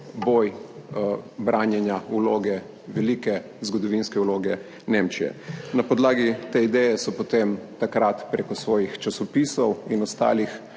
boj branjenja velike zgodovinske vloge Nemčije. Na podlagi te ideje so potem takrat preko svojih časopisov in ostalih